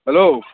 hello